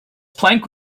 plank